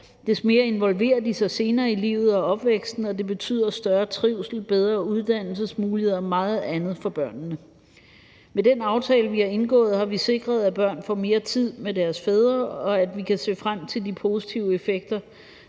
des mere involverer de sig senere i livet og opvæksten, og det betyder større trivsel, bedre uddannelsesmuligheder og meget andet for børnene. Med den aftale, vi har indgået, har vi sikret, at børn får mere tid med deres fædre, og at vi kan se frem til de positive effekter,